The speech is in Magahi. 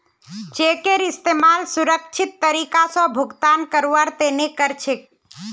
चेकेर इस्तमाल सुरक्षित तरीका स भुगतान करवार तने कर छेक